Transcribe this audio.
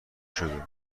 شده